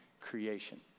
creation